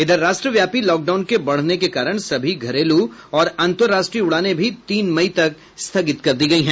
इधर राष्ट्रव्यापी लॉकडाउन के बढ़ने के कारण सभी घरेलू और अंतर्राष्ट्रीय उडानें भी तीन मई तक स्थगित कर दी गई हैं